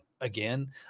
again